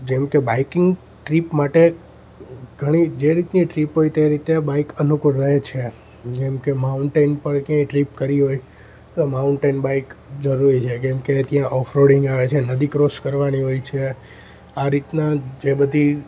જેમ કે biking trip માટે ઘણી જે રીતની ટ્રીપ હોય તે રીતે બાઈક અનુકૂળ રહે છે જેમકે માઉન્ટેન પર કે ટ્રીપ કરી હોય તો માઉન્ટેન બાઈક જરૂરી છે કેમકે ત્યાં ઓફરોડિંગ આવે છે નદી ક્રોસ કરવાની હોય છે આ રીતના જે બધી